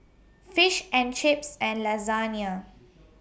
Fish and Chips and Lasagne